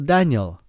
Daniel